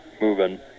moving